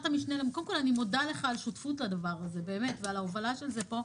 אני מודה לך על השותפות לדבר הזה ועל ההובלה של זה פה.